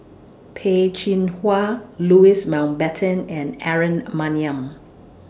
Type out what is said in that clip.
Peh Chin Hua Louis Mountbatten and Aaron Maniam